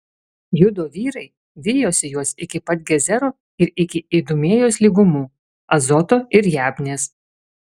judo vyrai vijosi juos iki pat gezero ir iki idumėjos lygumų azoto ir jabnės